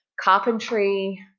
carpentry